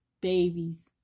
babies